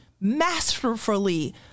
masterfully